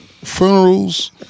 funerals